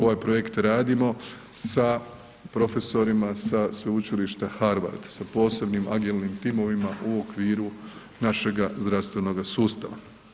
Ovaj projekt radimo sa profesorima sa Sveučilišta Harvard, sa posebnim agilnim timovima u okviru našega zdravstvenoga sustava.